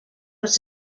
was